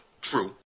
True